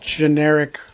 generic